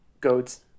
goats